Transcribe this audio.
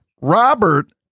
robert